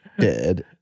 dead